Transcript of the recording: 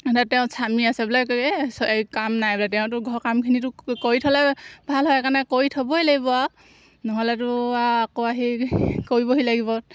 তেওঁ স্বামী আছে বোলে কৈ এই কাম নাই বোলে তেওঁতো ঘৰৰ কামখিনিতো কৰি থ'লে ভাল হয় সেইকাৰণে কৰি থ'বই লাগিব আৰু নহ'লেতো আৰু আকৌ আহি কৰিবহি লাগিব